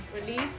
Release